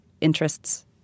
interests